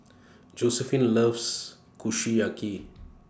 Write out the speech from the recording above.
Josiephine loves Kushiyaki